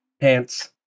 pants